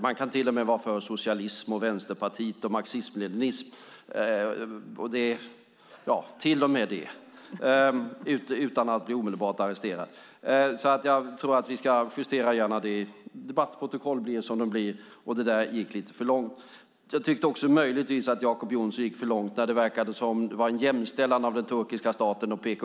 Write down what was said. Man kan vara för socialism, Vänsterpartiet och marxism-leninism - till och med det - utan att omedelbart bli arresterad. Jag tror därför att vi ska justera detta. Debattprotokoll blir som de blir, men det där gick lite för långt. Jag tyckte också möjligtvis att Jacob Johnson gick för långt när det verkade som om han jämställde den turkiska staten med PKK.